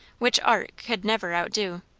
which art could never outdo.